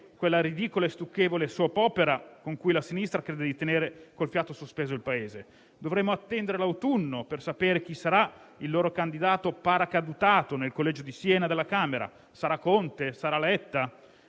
la ridicola e stucchevole *soap opera* con la quale la sinistra crede di tenere col fiato sospeso il Paese. Dovremo attendere l'autunno per sapere chi sarà il loro candidato paracadutato nel collegio di Siena alla Camera: Sarà Conte? Sarà Letta?